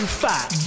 fat